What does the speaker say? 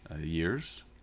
years